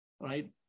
right